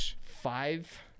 five